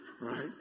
Right